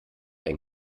ein